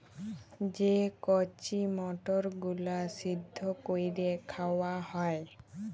যে কঁচি মটরগুলা সিদ্ধ ক্যইরে খাউয়া হ্যয়